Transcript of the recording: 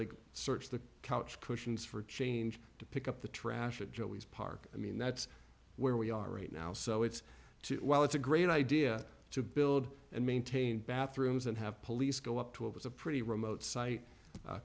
search the couch cushions for change to pick up the trash at joey's park i mean that's where we are right now so it's too well it's a great idea to build and maintain bathrooms and have police go up to it was a pretty remote site